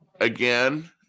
again